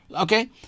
Okay